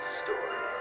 story